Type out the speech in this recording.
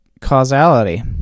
causality